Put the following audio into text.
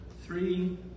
three